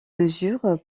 mesures